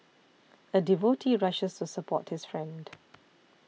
a devotee rushes to support his friend